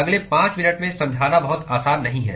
अगले 5 मिनट में समझाना बहुत आसान नहीं है